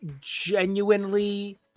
genuinely